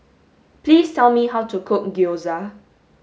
please tell me how to cook gyoza